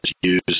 use